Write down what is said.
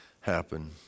happen